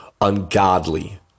ungodly